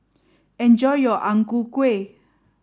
enjoy your Ang Ku Kueh